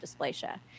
dysplasia